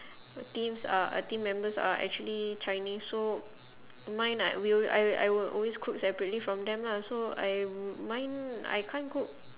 teams are uh team members are actually chinese so mine I will I I will always cook separately from them lah so I mine I can't cook